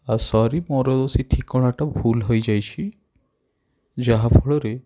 ସରି ମୋର ସେ ଠିକଣାଟା ଭୁଲ୍ ହେଇଯାଇଛି ଯାହା ଫଳରେ